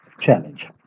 challenge